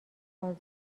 آزاد